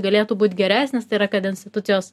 galėtų būt geresnis tai yra kad institucijos